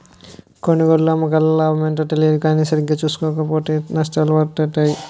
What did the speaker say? కొనుగోలు, అమ్మకాల్లో లాభమెంతో తెలియదు కానీ సరిగా సూసుకోక పోతో నట్టాలే వొత్తయ్